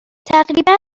تقریبا